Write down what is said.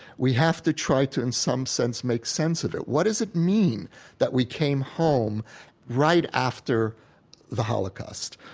we have to try to in some sense make sense of it. what does it mean that we came home right after the holocaust?